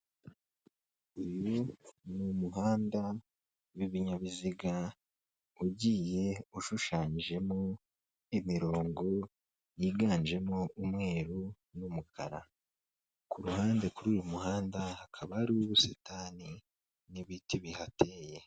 Uyu ni umuhanda w'ibinyabiziga ugiye ushushanyijemo imirongo yiganjemo umweru n'umukara. ku ruhande kuri uyu muhanda hakaba hari ubusitani n'ibiti bihateye.